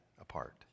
apart